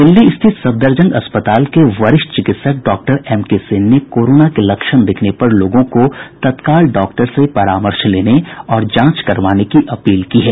दिल्ली स्थित सफदरजंग अस्पताल के वरिष्ठ चिकित्सक डॉक्टर एम के सेन ने कोरोना के लक्षण दिखने पर लोगों को तत्काल डॉक्टर से परामर्श लेने और जांच करवाने की अपील की है